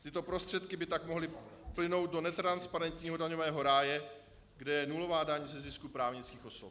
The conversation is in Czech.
Tyto prostředky by tak mohly plynout do netransparentního daňového ráje, kde je nulová daň ze zisku právnických osob.